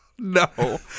No